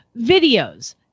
videos